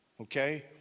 Okay